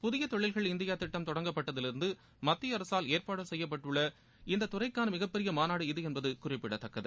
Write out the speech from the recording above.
புதிய தொழில்கள் இந்தியா திட்டம் தொடங்கப்பட்டதிலிருந்து மத்திய அரசால் ஏற்பாடு செய்யப்பட்டுள்ள இந்த துறைக்கான மிகப்பெரிய மாநாடு என்பது குறிப்பிடத்தக்கது